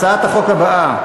הצעת החוק הבאה: